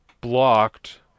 blocked